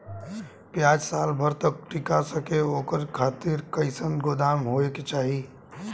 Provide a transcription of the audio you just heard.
प्याज साल भर तक टीका सके ओकरे खातीर कइसन गोदाम होके के चाही?